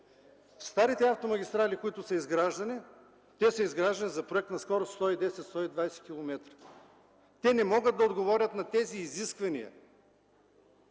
старите автомагистрали, които са изграждани, са изграждани за проектна скорост 110-120 км. Те не могат да отговорят на тези изисквания.